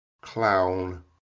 clown